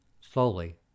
Slowly